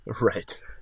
Right